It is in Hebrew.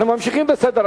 12 בעד,